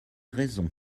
raison